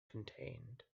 contained